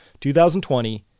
2020